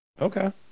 okay